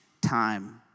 time